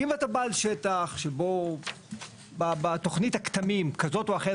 כי אם אתה בעל שטח שבו בתוכנית הכתמים כזאת או אחרת,